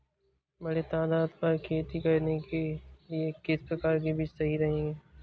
बड़े तादाद पर खेती करने के लिए किस प्रकार के बीज सही रहेंगे?